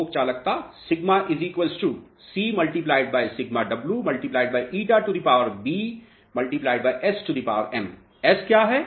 थोक चालकता σ c σw ηB Sm S क्या है